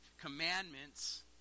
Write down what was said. commandments